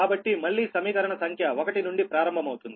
కాబట్టి మళ్ళీ సమీకరణ సంఖ్య 1 నుండి ప్రారంభమవుతుంది